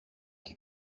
και